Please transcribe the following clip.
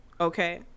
okay